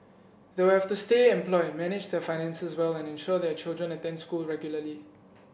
they will have to stay employed manage their finances well and ensure their children attend school regularly